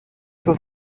zur